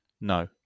No